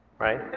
Right